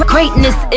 Greatness